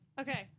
Okay